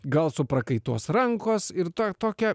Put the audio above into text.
gal suprakaituos rankos ir ta tokia